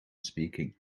speaking